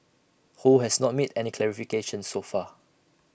ho has not made any clarifications so far